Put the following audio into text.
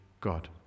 God